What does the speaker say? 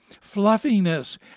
fluffiness